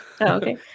okay